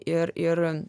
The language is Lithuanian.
ir ir